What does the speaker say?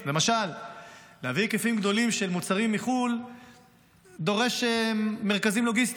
למשל להביא היקפים גדולים של מוצרים מחו"ל דורש מרכזים לוגיסטיים,